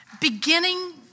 beginning